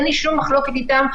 אין לי שום מחלוקת איתם,